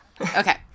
okay